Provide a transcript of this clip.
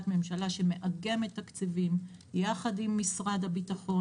ממשלה שמאגמת תקציבים יחד עם משרד הביטחון,